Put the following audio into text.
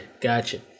Gotcha